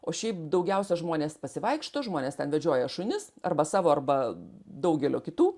o šiaip daugiausia žmonės pasivaikšto žmonės ten vedžioja šunis arba savo arba daugelio kitų